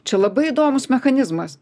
čia labai įdomus mechanizmas